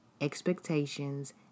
expectations